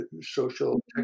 social